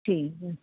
ਠੀਕ ਹੈ